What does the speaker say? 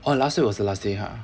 oh last week was the last day ha